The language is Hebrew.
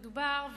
ודובר,